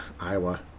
Iowa